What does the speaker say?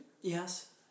Yes